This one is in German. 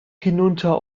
hinunter